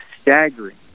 staggering